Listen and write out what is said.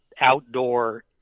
outdoor